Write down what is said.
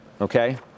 Okay